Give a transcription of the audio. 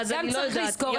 גם צריך לזכור את זה.